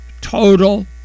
total